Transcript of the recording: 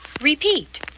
Repeat